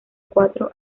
cuatro